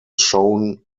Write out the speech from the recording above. shown